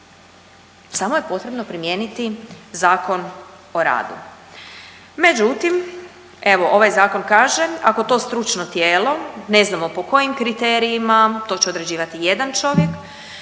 samo je potrebno primijeniti Zakon o radu. Međutim, evo ova zakon kaže ako to stručno tijelo ne znamo po kojim kriterijima, to će određivati jedan čovjek,